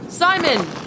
Simon